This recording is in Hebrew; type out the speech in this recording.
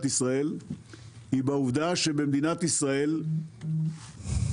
ישראל היא עקב העובדה שבמדינת ישראל החקלאות